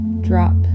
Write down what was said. drop